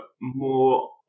more